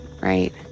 right